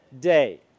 day